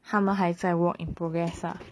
他们还在 work in progress ah